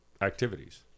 activities